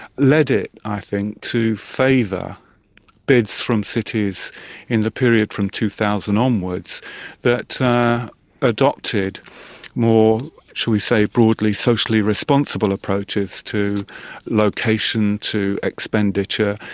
led it, i think, to favour bids from cities in the period from two thousand onwards that adopted more, shall we say, broadly socially responsible approaches to location, to expenditure,